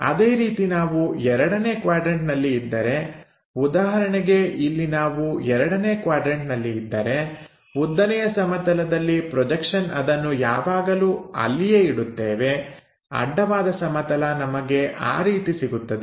ಅದೇ ರೀತಿ ನಾವು ಎರಡನೇ ಕ್ವಾಡ್ರನ್ಟನಲ್ಲಿ ಇದ್ದರೆ ಉದಾಹರಣೆಗೆ ಇಲ್ಲಿ ನಾವು ಎರಡನೇ ಕ್ವಾಡ್ರನ್ಟನಲ್ಲಿ ಇದ್ದರೆ ಉದ್ದನೆಯ ಸಮತಲದ ಪ್ರೊಜೆಕ್ಷನ್ ಅದನ್ನು ಯಾವಾಗಲೂ ಅಲ್ಲಿಯೇ ಇಡುತ್ತೇವೆ ಅಡ್ಡವಾದ ಸಮತಲ ನಮಗೆ ಆ ರೀತಿ ಸಿಗುತ್ತದೆ